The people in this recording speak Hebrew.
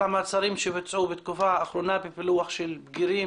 המעצרים שבוצעו בתקופה האחרונה בפילוח של בגירים,